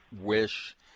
wish